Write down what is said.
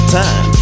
time